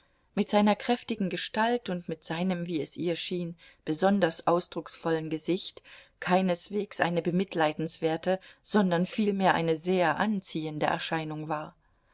mit seiner kräftigen gestalt und mit seinem wie es ihr schien besonders ausdrucksvollen gesicht keineswegs eine bemitleidenswerte sondern vielmehr eine sehr anziehende erscheinung war